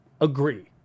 agree